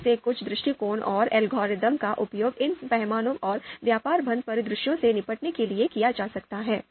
इनमें से कुछ दृष्टिकोण और एल्गोरिदम का उपयोग इन पैमाने और व्यापार बंद परिदृश्यों से निपटने के लिए किया जा सकता है